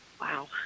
wow